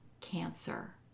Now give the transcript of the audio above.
cancer